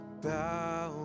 bow